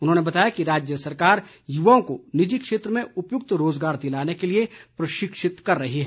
उन्होंने बताया कि राज्य सरकार युवाओं को निजि क्षेत्र में उपयुक्त रोज़गार दिलाने के लिए प्रशिक्षित कर रही है